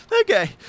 Okay